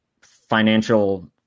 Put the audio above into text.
financial